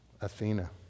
Athena